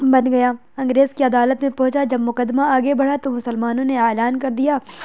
بن گیا انگریز کی عدالت میں پہنچا جب مقدمہ آگے بڑھا تو مسلمانوں نے اعلان کر دیا